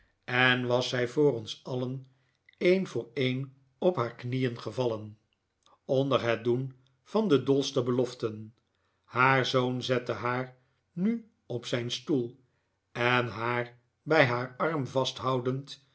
en was zij voor ons alien een voor een op haar knieen gevallen onder het doen van de dolste beloften haar zoon zette haar nu op zijn stoel en haar bij haar arm vasthoudend